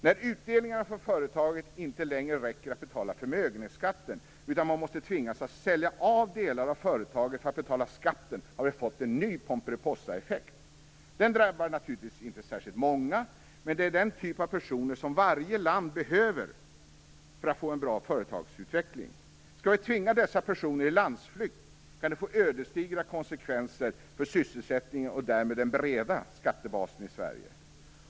När utdelningar från företaget inte längre räcker till att betala förmögenhetsskatten, utan man tvingas att sälja av delar av företaget för att betala skatten, har vi nått en ny pomperipossaeffekt. Den drabbar naturligtvis inte särskilt många, men det är den typ av personer som varje land behöver för att få en bra företagsutveckling. Skall vi tvinga dessa i landsflykt kan det få ödesdigra konsekvenser för sysselsättningen och därmed den breda skattebasen i Sverige.